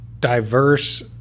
diverse